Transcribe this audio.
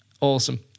awesome